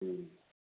ꯎꯝ